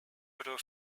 pro